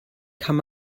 kann